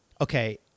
Okay